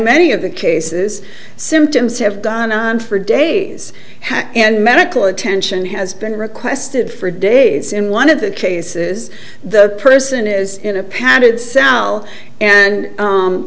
many of the cases symptoms have gone on for days and medical attention has been requested for days in one of the cases the person is in a padded cell and